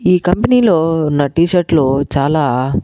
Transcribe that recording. ఈ కంపెనీలో నా టీ షర్ట్లు చాలా